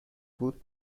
بود